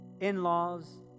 in-laws